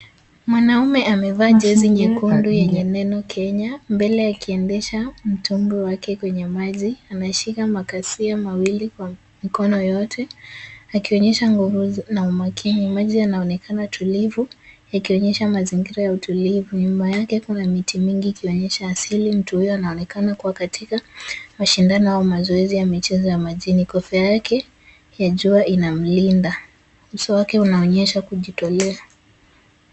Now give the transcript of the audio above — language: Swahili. Mwanaume amevaa jezi nyekundu yenye neno Kenya mbele akiendesha mtumbwi wake kwenye maji. Anashika makasia mawili kwa mikono yote akionyesha nguvu na umakini. Maji yanaonekana tulivu yakionyesha mazingira ya utulivu. Nyuma yake kuna mingi ikionyesha asili mtu huyo anaonekana kuwa katika mashindano au mazoezi ya michezo ya majini. Kofia yake ya jua inamulinda. Uso wake unaonyesha kujitolea.